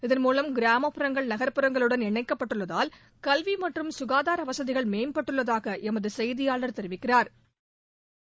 இதன்மூலம் கிராமப்புறங்கள் நகர்ப்புறங்களுடன் இணைக்கப்பட்டுள்ளதால் கல்வி மற்றும் சுகாதார வசதிகள் மேம்பட்டுள்ளதாக எமது செய்தியாளா் தெரிவிக்கிறாா்